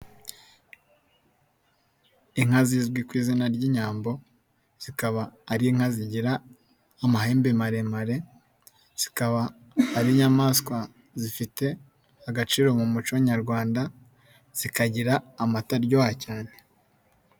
Inka zizwi ku izina ry'inyambo zikaba ari inka zigira amahembe maremare, zikaba ari inyamaswa zifite agaciro mu muco nyarwanda, zikagira amata aryoha cyane.